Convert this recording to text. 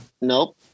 Nope